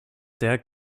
der